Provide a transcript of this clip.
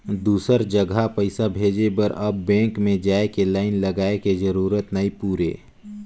दुसर जघा पइसा भेजे बर अब बेंक में जाए के लाईन लगाए के जरूरत नइ पुरे